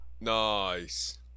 Nice